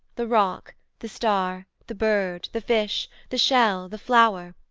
the rock, the star, the bird, the fish, the shell, the flower,